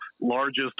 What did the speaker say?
largest